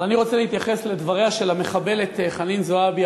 אבל אני רוצה להתייחס לדבריה של המחבלת חנין זועבי,